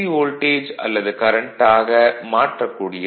voltage அல்லது current ஆக மாற்றக் கூடியது